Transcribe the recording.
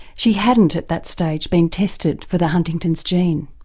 she hadn't at that stage been tested for the huntington's gene.